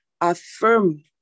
affirm